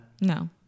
No